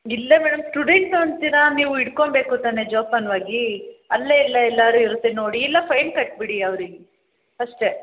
ಇಲ್ಲ madam students ಅಂತೀರ ನೀವು ಇಟ್ಕೊಂಬೇಕು ತಾನೇ ಜೋಪಾನವಾಗಿ ಅಲ್ಲೇ ಎಲ್ಲ ಎಲ್ಲಾದ್ರು ಇರುತ್ತೆ ನೋಡಿ ಇಲ್ಲ ಫೈನ್ ಕಟ್ಟಿಬಿಡಿ ಅವರಿಗೆ ಅಷ್ಟೇ